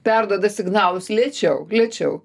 perduoda signalus lėčiau lėčiau